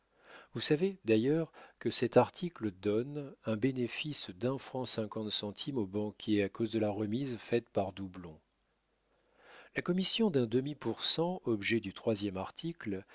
vous savez d'ailleurs que cet article donne un bénéfice d'un franc cinquante centimes au banquier à cause de la remise faite par doublon la commission d'un demi pour cent objet du troisième article